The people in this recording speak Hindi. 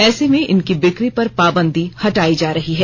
ऐसे में इनकी बिक्री पर पाबंदी हटाई जा रही है